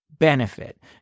Benefit